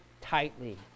tightly